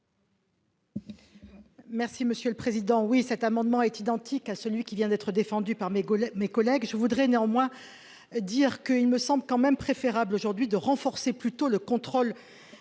Merci, monsieur le Président oui cet amendement est identique à celui qui vient d'être défendu par mes collègues, mes collègues, je voudrais néanmoins. Dire que il me semble quand même préférable aujourd'hui de renforcer plutôt le contrôle